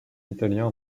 italien